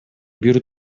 бир